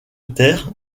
terre